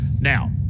now